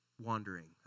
Wandering